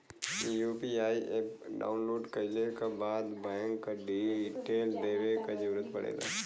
UPI app download कइले क बाद बैंक क डिटेल देवे क जरुरत पड़ेला